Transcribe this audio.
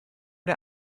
der